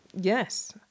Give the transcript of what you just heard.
Yes